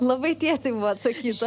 labai tiesiai buvo atsakyta